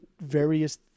various